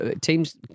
Teams